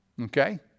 Okay